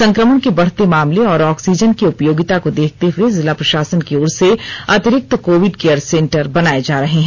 संक्रमण के बढ़ते मामले और ऑक्सीजन की उपयोगिता देखते हुए जिला प्रशासन की ओर से अतिरिक्त कोविड केयर सेंटर बनाए जा रहे हैं